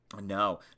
No